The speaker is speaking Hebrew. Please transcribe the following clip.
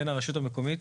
בין הרשות המקומית